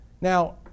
Now